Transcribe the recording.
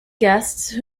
guests